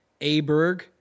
Aberg